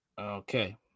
Okay